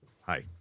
hi